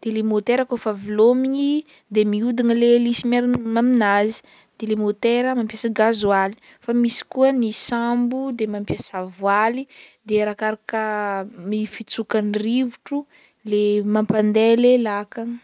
de le motera kaofa velomigny de mihodina le helice miaram- amin'azy de le motera mampiasa gazoaly, fa misy koa ny sambo de mampiasa voaly de arakaraka ny fitsokan'ny rivotro le mampandeha le lakagna.